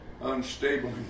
unstable